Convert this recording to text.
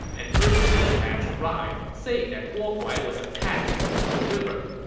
an urgent dispatch arrived, saying that guo huai was attacking the yao river.